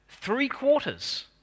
three-quarters